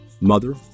mother